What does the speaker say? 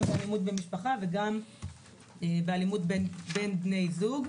גם אלימות במשפחה וגם באלימות בין בני זוג.